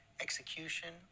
execution